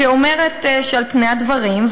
שאומרת: "על פני הדברים,